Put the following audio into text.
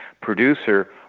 producer